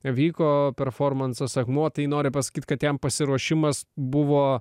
vyko performansas akmuo tai nori pasakyt kad jam pasiruošimas buvo